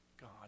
God